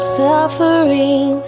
suffering